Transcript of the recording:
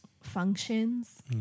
functions